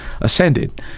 ascended